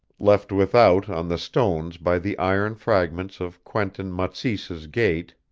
left without on the stones by the iron fragments of quentin matsys's gate,